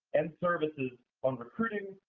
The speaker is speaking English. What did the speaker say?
and services on recruiting,